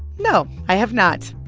no, i have not.